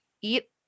eat